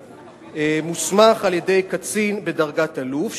"מוסמך על-ידי קצין בדרגת אלוף",